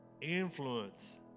Influence